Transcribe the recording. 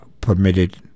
permitted